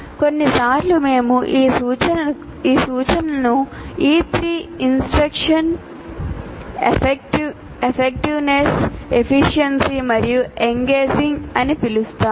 కొన్నిసార్లు మేము ఈ సూచనను E3 ఇన్స్ట్రక్షన్ అని పిలుస్తాము